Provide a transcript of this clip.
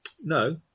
No